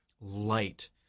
light